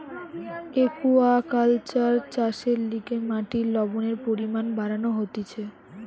aquaculture চাষের লিগে মাটির লবণের পরিমান বাড়ানো হতিছে